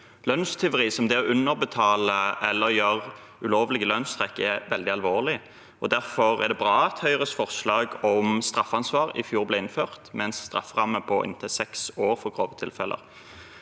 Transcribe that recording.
Lønnstyveri, som det å underbetale eller gjøre ulovlige lønnstrekk, er veldig alvorlig, og derfor er det bra at Høyres forslag om straffansvar i fjor ble innført, med en strafferamme på inntil seks år for grove tilfeller.